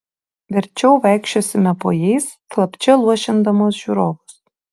verčiau vaikščiosime po jais slapčia luošindamos žiūrovus